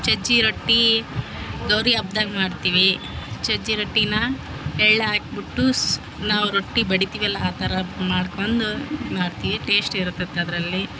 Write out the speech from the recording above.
ಚಚ್ಚಿ ರೊಟ್ಟಿ ಗೌರಿ ಹಬ್ದಾಗ ಮಾಡ್ತೀವಿ ಚಚ್ಚಿ ರೊಟ್ಟಿನ ಎಳ್ಳು ಹಾಕ್ಬುಟ್ಟು ಸ್ ನಾವು ರೊಟ್ಟಿ ಬಡಿತಿವೆಲ್ಲ ಆ ಥರ ಮಾಡ್ಕೊಂದು ನಾಟಿ ಟೇಸ್ಟ್ ಇರ್ತತೆ ಅದರಲ್ಲಿ